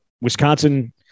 Wisconsin